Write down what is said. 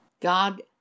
God